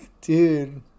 dude